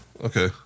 Okay